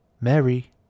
Mary